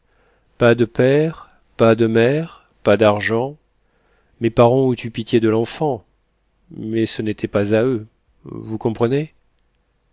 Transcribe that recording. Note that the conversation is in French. pas de père pas de mère pas d'argent mes parents ont eu pitié de l'enfant mais ce n'était pas à eux vous comprenez